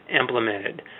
implemented